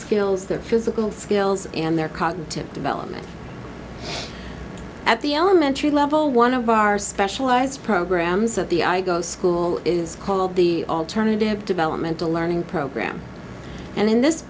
skills their physical skills and their cognitive development at the elementary level one of our specialized programs at the i go to school is called the alternative developmental learning program and in this